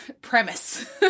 premise